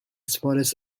smallest